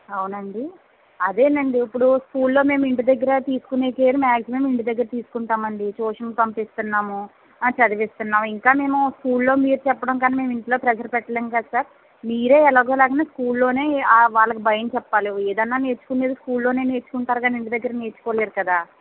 అవునండి అదేనండి ఇప్పుడు స్కూల్లో మేము ఇంటిదగ్గర తీసుకునే కేర్ మ్యాగ్జిమం ఇంటిదగ్గర తీస్కుంటామండి ట్యూషన్ పంపిస్తున్నాము చదివిస్తున్నాము ఇంకా మేము స్కూల్లో మీరు చెప్పడంకన్నా మేం ఇంట్లో ప్రెజర్ పెట్టలేము కదా సార్ మీరే ఎలాగోలాగా స్కూల్లోనే వాళ్ళకు భయం చెప్పాలి ఏదైనా నేర్చుకునేది స్కూల్లోనే నేర్చుకుంటారు కాని ఇంటిదగ్గర నేర్చుకోలేరు కదా